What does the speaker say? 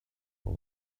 soul